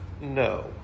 no